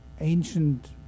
ancient